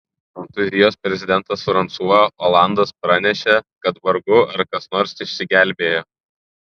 prancūzijos prezidentas fransua olandas pranešė kad vargu ar kas nors išsigelbėjo